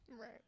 Right